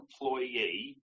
employee